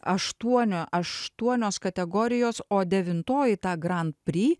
aštuoni aštuonios kategorijos o devintoji ta grand pri